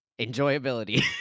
enjoyability